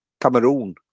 Cameroon